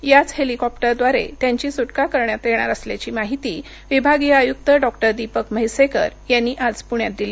याच हेलिकॉप्टरव्दारे त्यांची सुटका करण्यात येणार असल्याची माहिती विभागीय आयुक्त डॉक्टर दीपक म्हैसेकर यांनी आज पुण्यात दिली